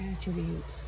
attributes